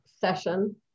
session